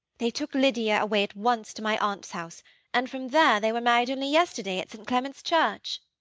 they took lydia away at once to my aunt's house and from there, they were married only yesterday at st. clement's church.